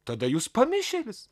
tada jūs pamišėlis